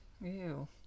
Ew